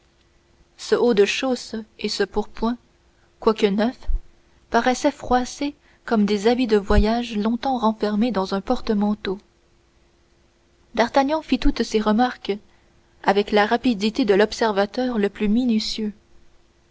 ce hautde chausses et ce pourpoint quoique neufs paraissaient froissés comme des habits de voyage longtemps renfermés dans un portemanteau d'artagnan fit toutes ces remarques avec la rapidité de l'observateur le plus minutieux